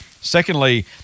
Secondly